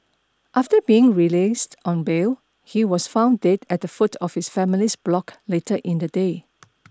after being released on bail he was found dead at the foot of his family's block later in the day